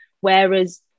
whereas